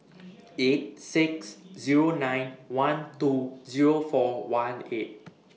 eight six Zero nine one two Zero four one eight